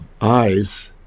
eyes